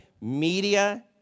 Media